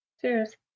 Cheers